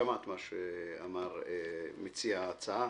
שמעת מה שאמר מציע ההצעה.